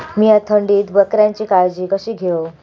मीया थंडीत बकऱ्यांची काळजी कशी घेव?